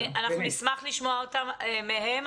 אנחנו נשמח לשמוע מהם,